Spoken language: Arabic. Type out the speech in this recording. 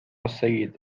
السيد